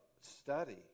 Study